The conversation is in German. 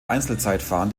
einzelzeitfahren